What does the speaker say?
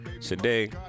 Today